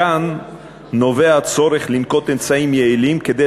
מכאן נובע הצורך לנקוט אמצעים יעילים כדי